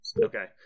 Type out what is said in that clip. Okay